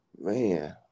man